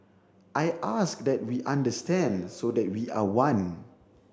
I ask that we understand so that we are one